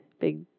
big